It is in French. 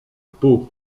pau